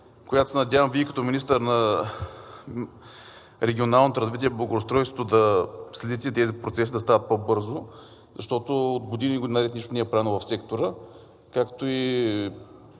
км. Надявам се Вие като министър на регионалното развитие и благоустройството да следите тези процеси да стават по-бързо, защото от години наред нищо не е правено в сектора, както и